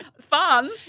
fun